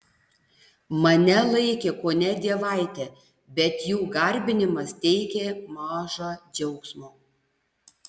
mane laikė kone dievaite bet jų garbinimas teikė maža džiaugsmo